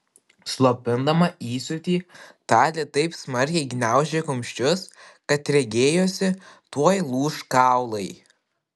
slopindama įsiūtį talė taip smarkiai gniaužė kumščius kad regėjosi tuoj lūš kaulai